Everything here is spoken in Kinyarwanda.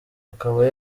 akaba